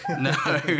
No